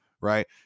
right